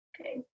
okay